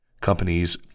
Companies